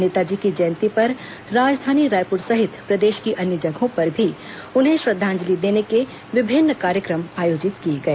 नेताजी की जयंती पर राजधानी रायपुर सहित प्रदेश के अन्य जगहों पर भी उन्हें श्रद्वांजलि देने के विभिन्न कार्यक्रम आयोजित किए गए